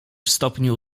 stopniu